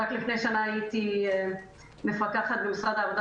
רק לפני שנה הייתי מפקחת במשרד העבודה